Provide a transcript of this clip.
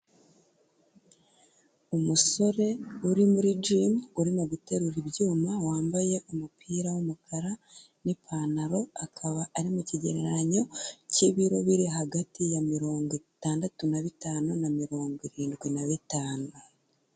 Umusore uri muri gimu urimo guterura ibyuma wambaye umupira w'umukara n'ipantaro, akaba ari mu kigereranyo cy'ibiro biri hagati ya mirongo itandatu na bitanu na mirongo irindwi na bitanu.